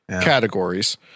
categories